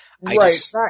Right